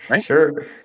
Sure